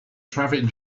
traffic